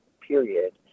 period